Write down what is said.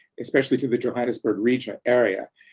especially to the johannesburg region, area,